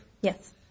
Yes